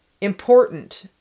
important